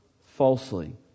falsely